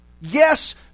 Yes